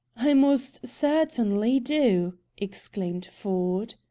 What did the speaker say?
i most certainly do! exclaimed ford.